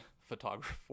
Photographer